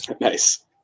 Nice